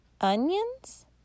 Onions